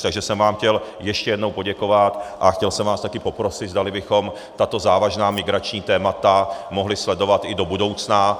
Takže jsem vám chtěl ještě jednou poděkovat a chtěl jsem vás taky poprosit, zdali bychom tato závažná migrační témata mohli sledovat i do budoucna.